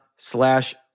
slash